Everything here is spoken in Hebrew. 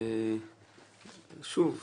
שוב,